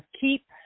keep